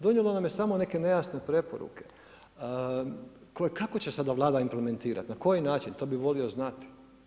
Donijelo nam je samo neke nejasne preporuke, koje, kako će sada Vlada implementirati, na koji način, to bi volio znati.